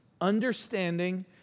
Understanding